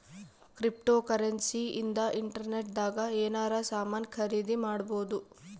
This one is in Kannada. ಕ್ರಿಪ್ಟೋಕರೆನ್ಸಿ ಇಂದ ಇಂಟರ್ನೆಟ್ ದಾಗ ಎನಾರ ಸಾಮನ್ ಖರೀದಿ ಮಾಡ್ಬೊದು